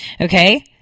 Okay